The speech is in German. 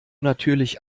natürlich